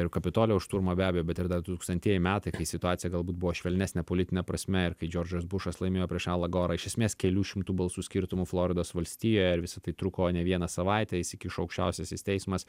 ir kapitolijaus šturmą be abejo bet ir dar dutūkstantieji metai kai situacija galbūt buvo švelnesnė politine prasme ir kai džordžas bušas laimėjo prieš alą gorą iš esmės kelių šimtų balsų skirtumu floridos valstijoje ir visa tai truko ne vieną savaitę įsikišo aukščiausiasis teismas